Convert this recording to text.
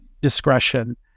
discretion